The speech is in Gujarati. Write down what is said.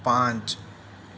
પાંચ